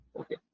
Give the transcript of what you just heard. okay